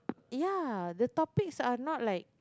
ya the topics are not like